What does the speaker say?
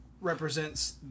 represents